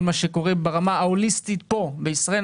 מה שקורה ברמה ההוליסטית פה בישראל.